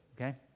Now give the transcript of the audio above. okay